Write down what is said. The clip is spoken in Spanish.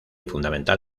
fundamental